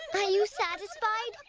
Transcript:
are you satisfied,